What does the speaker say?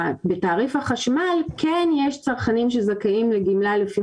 בתעריף החשמל כן יש צרכנים שזכאים לגמלה לפי